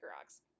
rocks